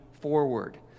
forward